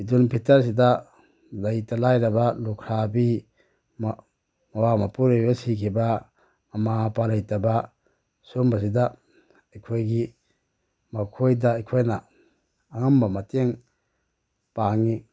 ꯏꯗꯨꯜ ꯐꯤꯇꯔꯁꯤꯗ ꯂꯩꯇ ꯂꯥꯏꯔꯕ ꯂꯨꯈ꯭ꯔꯥꯕꯤ ꯃꯋꯥ ꯃꯄꯨꯔꯣꯏꯕ ꯁꯤꯈꯤꯕ ꯃꯃꯥ ꯃꯄꯥ ꯂꯩꯇꯕ ꯁꯤꯝꯕꯁꯤꯗ ꯑꯩꯈꯣꯏꯒꯤ ꯃꯈꯣꯏꯗ ꯑꯩꯈꯣꯏꯅ ꯑꯉꯝꯕ ꯃꯇꯦꯡ ꯄꯥꯡꯏ